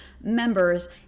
members